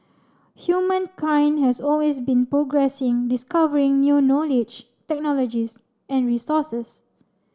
humankind has always been progressing discovering new knowledge technologies and resources